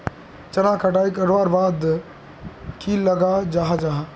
चनार कटाई करवार बाद की लगा जाहा जाहा?